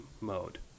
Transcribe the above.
mode